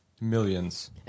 Millions